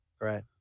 Right